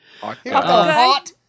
hot